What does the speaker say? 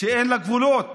שאין לה גבולות.